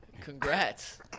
congrats